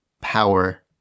power